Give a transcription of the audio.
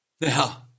Now